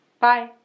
bye